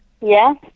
Yes